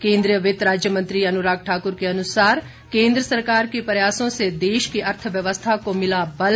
केन्द्रीय वित्त राज्य मंत्री अनुराग ठाक्र के अनुसार केन्द्र सरकार के प्रयासों से देश की अर्थव्यवस्था को मिला बल